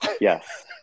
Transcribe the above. yes